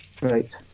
Right